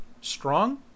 strong